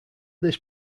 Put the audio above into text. this